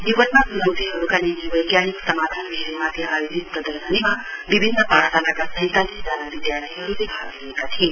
जीवनमा च्नौतीहरूका निम्ति बैज्ञानिक समाधान विषयमाथि आयोजित प्रदर्शनीमा विभिन्न पाठशालाका सैंतालिस जना विधार्थीहरूले भाग लिएका थिए